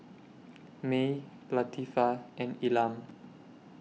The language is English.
Mae Latifah and Elam